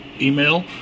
email